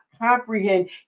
comprehend